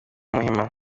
muhima